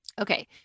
Okay